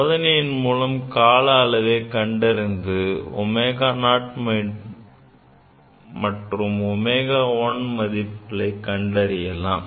சோதனையின் மூலம் கால அளவை கண்டறிந்து ω0 and ω1 மதிப்புகளை கண்டறியலாம்